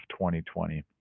2020